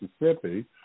Mississippi